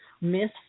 miss